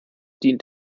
dient